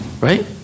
Right